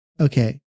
okay